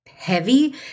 Heavy